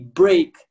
break